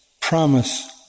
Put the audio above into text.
promise